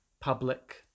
public